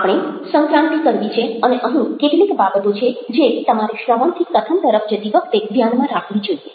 આપણે સંક્રાંતિ કરવી છે અને અહીં કેટલીક બાબતો છે જે તમારે શ્રવણથી કથન તરફ જતી વખતે ધ્યાનમાં રાખવી જોઈએ